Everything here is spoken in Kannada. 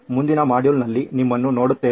ಮುಂದಿನ ಮಾಡ್ಯೂಲ್ನಲ್ಲಿ ನಿಮ್ಮನ್ನು ನೋಡುತ್ತೇವೆ